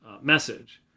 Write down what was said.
message